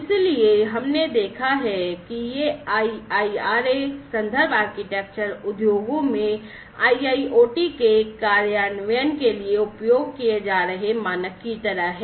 इसलिए हमने देखा है कि यह IIRA reference आर्किटेक्चर उद्योगों में IIoT के कार्यान्वयन के लिए उपयोग किए जा रहे मानक की तरह है